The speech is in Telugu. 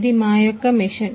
ఇది మా యొక్క మెషిన్